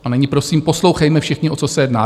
A nyní, prosím, poslouchejme všichni, o co se jedná.